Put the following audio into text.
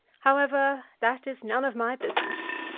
however, that is none of my business.